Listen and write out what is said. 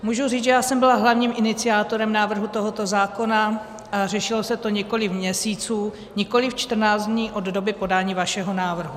Můžu říct, že já jsem byla hlavním iniciátorem návrhu tohoto zákona, a řešilo se to několik měsíců, nikoliv 14 dní od doby podání vašeho návrhu.